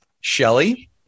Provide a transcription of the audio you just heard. Shelly